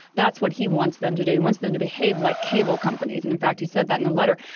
that's what he wants them to do. he wants them to behave like cable companies and in fact he said that in the letter.